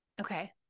Okay